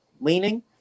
leaning